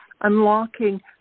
unlocking